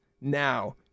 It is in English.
now